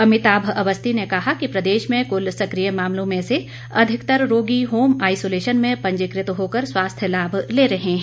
अमिताभ अवस्थी ने कहा कि प्रदेश में कुल सकिय मामलों में से अधिकतर रोगी होम आईसोलेशन में पंजिकृत होकर स्वास्थ्य लाभ ले रहे हैं